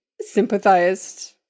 sympathized